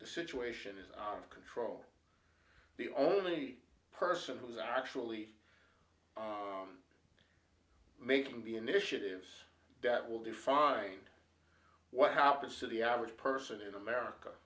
the situation in control the only person who is actually making the initiatives that will define what happens to the average person in america